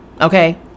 okay